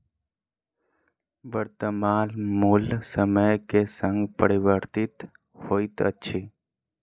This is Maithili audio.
वर्त्तमान मूल्य समय के संग परिवर्तित होइत अछि